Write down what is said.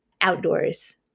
outdoors